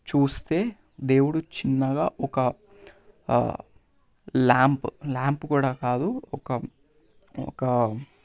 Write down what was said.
చూస్తే దేవుడు చిన్నగా ఒక ల్యాంప్ ల్యాంప్ కూడా కాదు ఒక ఒక